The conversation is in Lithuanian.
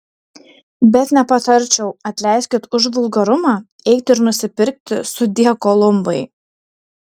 bet nepatarčiau atleiskit už vulgarumą eiti ir nusipirkti sudie kolumbai